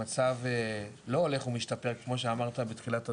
המצב לא הולך ומשתפר, כמו שאמרת בתחילת הדברים,